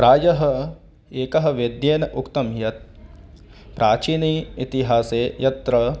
प्रायः एकः वैद्येन उक्तं यत् प्राचीने इतिहासे यत्र